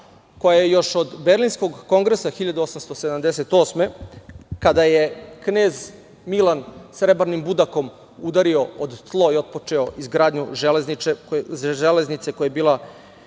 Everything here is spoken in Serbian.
koja još od Berlinskog kongresa i 1878. godine, kada je knez Milan srebrnim budakom udario o tlo i otpočeo izgradnju železnice koja je bila